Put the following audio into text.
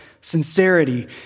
sincerity